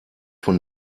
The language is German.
von